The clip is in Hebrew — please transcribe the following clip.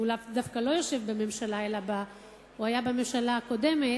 והוא דווקא לא יושב בממשלה אלא היה בממשלה הקודמת,